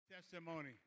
Testimony